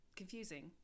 confusing